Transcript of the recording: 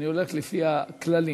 הולך לפי הכללים.